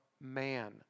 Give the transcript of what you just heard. man